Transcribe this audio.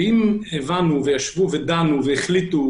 אם ישבו ודנו והחליטו,